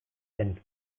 zen